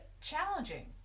challenging